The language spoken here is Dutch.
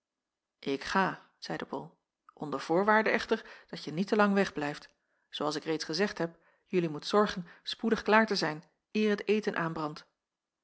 ik ga zeide bol onder voorwaarde echter dat je niet te lang wegblijft zoo als ik reeds gezegd heb jelui moet zorgen spoedig klaar te zijn eer het eten aanbrandt